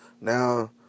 Now